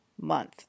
month